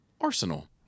arsenal